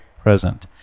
present